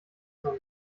sein